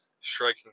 striking